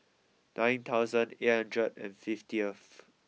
nine thousand eight hundred and fiftyth